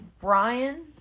brian